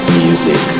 music